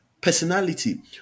personality